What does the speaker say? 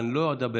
אבל אני לא אדבר,